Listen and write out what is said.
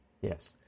Yes